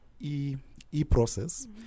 e-process